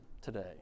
today